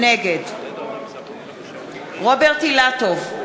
נגד רוברט אילטוב,